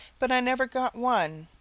but i never got one.